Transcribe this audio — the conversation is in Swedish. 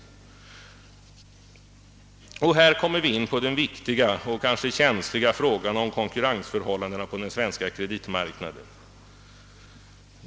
Och här kommer vi in på den viktiga och kanske känsliga frågan om konkurrensförhållandena på den svenska kreditmarknaden.